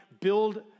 build